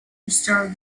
disturbed